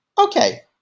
okay